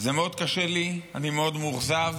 זה מאוד קשה לי, אני מאוד מאוכזב.